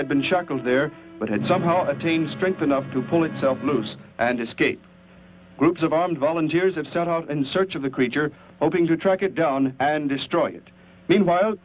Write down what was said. shackled there but had somehow attain strength enough to pull itself loose and escape groups of armed volunteers and set off in search of the creature hoping to track it down and destroy it meanwhile